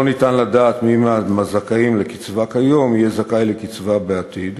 לא ניתן לדעת מי מהזכאים לקצבה כיום יהיה זכאי לקצבה בעתיד.